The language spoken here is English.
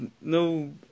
No